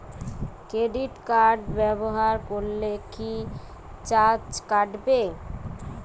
Credit card ব্যাবহার করলে কি চার্জ কাটবে?